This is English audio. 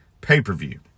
pay-per-view